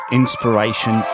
inspiration